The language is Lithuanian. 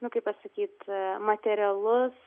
nu kaip pasakyt materialus